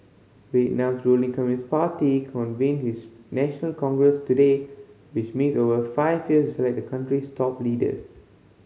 Vietnam's ruling Communist Party convene its national congress today which meets every five years to select the country's top leaders